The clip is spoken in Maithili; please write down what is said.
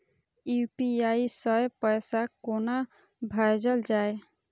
यू.पी.आई सै पैसा कोना भैजल जाय?